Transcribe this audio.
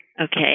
Okay